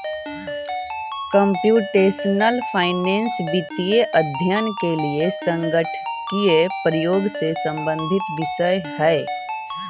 computational finance वित्तीय अध्ययन के लिए संगणकीय प्रयोग से संबंधित विषय है